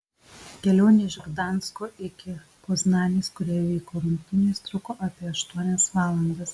kelionė iš gdansko iki poznanės kurioje vyko rungtynės truko apie aštuonias valandas